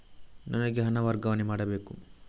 ನನಗೆ ಹಣ ವರ್ಗಾವಣೆ ಮಾಡಬೇಕು